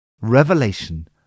Revelation